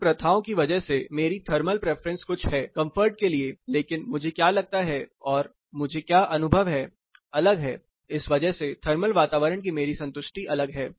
इन प्रथाओं की वजह से मेरी थर्मल प्रेफरेंस कुछ है कंफर्ट के लिए लेकिन मुझे क्या लगता है और मुझे क्या अनुभव है अलग है इस वजह से थर्मल वातावरण की मेरी संतुष्टि अलग है